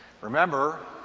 Remember